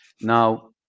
Now